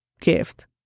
gift